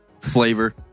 flavor